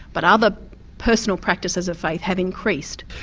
but other personal practises of faith have increased.